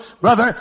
Brother